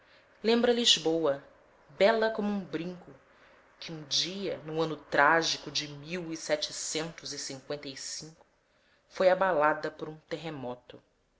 lembra lisboa bela como um brinco que um dia no ano trágico de mil e setecentos e cinqüenta e cinco foi abalada por um terremoto